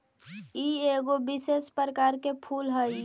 ई एगो विशेष प्रकार के फूल हई